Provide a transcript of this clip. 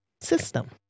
system